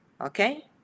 Okay